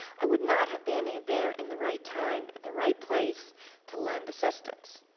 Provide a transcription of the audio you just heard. i would not have been there in the right time at the right place to lend assistance.